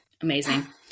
Amazing